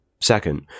Second